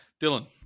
Dylan